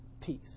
peace